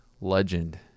legend